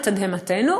לתדהמתנו?